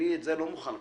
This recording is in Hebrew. ואת זה אני לא מוכן לקבל.